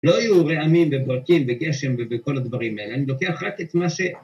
לא יהיו רעמים וברקים וגשם ובכל הדברים האלה, אני לוקח רק את מה ש...